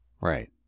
Right